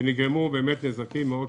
שבהם נגרמו נזקים כבדים.